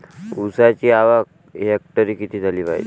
ऊसाची आवक हेक्टरी किती झाली पायजे?